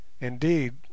Indeed